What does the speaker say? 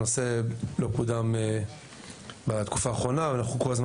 הנושא לא קודם בתקופה האחרונה ואנחנו כל הזמן